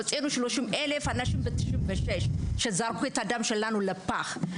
הוצאנו 30,000 אנשים ב-96' כשזרקו את הדם שלנו לפח.